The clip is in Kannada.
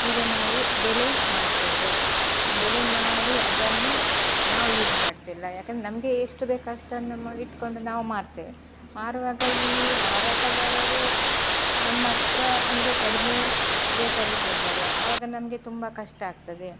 ಈಗ ನಾವು ಬೆಳೆ ಮಾಡ್ತೇವೆ ಬೆಳೆ ಮಾಡಿ ಅದನ್ನು ನಾವು ಯೂಸ್ ಮಾಡ್ತಿಲ್ಲ ಯಾಕಂದ್ರ್ ನಮಗೆ ಎಷ್ಟು ಬೇಕಷ್ಟನ್ನು ಇಟ್ಟುಕೊಂಡು ನಾವು ಮಾರ್ತೇವೆ ಮಾರುವಾಗ ಈ ಮಾರಾಟಗಾರರು ನಮ್ಮ ಹತ್ರ ಅಂದರೆ ಕಡಿಮೆ ರೇಟಲ್ಲಿ ಕೇಳ್ತಾರೆ ಅವಾಗ ನಮಗೆ ತುಂಬ ಕಷ್ಟ ಆಗ್ತದೆ